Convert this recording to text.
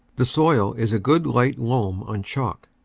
the soil is a good light loam on chalk.